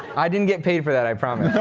i didn't get paid for that, i promise.